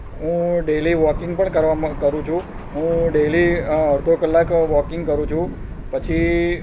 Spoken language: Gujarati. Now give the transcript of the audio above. હું ડેલી વોકિંગ પણ કરવાં કરું છું હું ડેલી અડધો કલાક વોકિંગ કરું છું પછી